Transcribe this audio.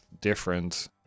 different